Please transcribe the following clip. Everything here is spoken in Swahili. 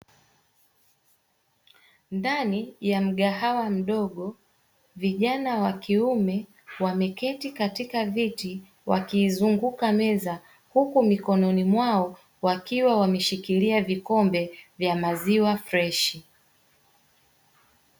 Ndani ya mgahawa mdogo vijana wa kiume wameketi katika viti wakiizunguka meza, huku mikononi mwao wakiwa wameshikilia vikombe vya maziwa freshi.